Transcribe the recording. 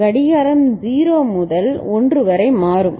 கடிகாரம் 0 முதல் 1 வரை மாறும்